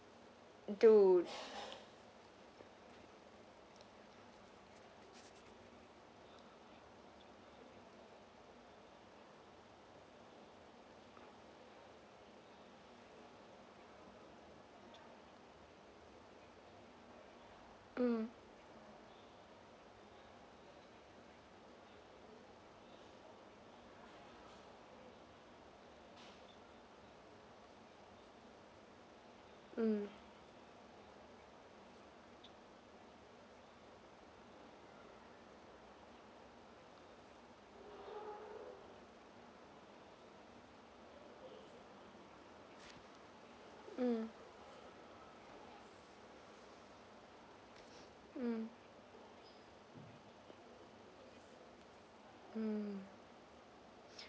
dude mm mm mm mm mm